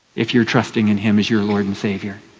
if you're trusting in him as your lord and savior.